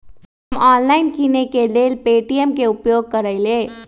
हम ऑनलाइन किनेकेँ लेल पे.टी.एम के उपयोग करइले